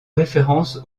référence